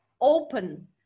open